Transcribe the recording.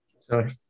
sorry